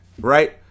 right